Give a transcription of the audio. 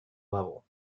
level